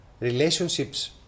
Relationships